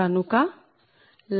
కనుక λ109